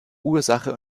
ursache